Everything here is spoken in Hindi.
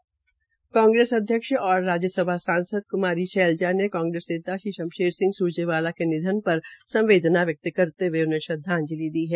हरियाणा कांग्रेस अध्यक्ष और राज्यसभा सांसद कुमारी सैलजा ने कांग्रेस नेता श्री शमशेर सिंह स्रजेवाला के निधन पर संवेदना व्यक्त करते हए उन्हें श्रद्धांजलि दी है